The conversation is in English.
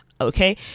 okay